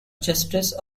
justice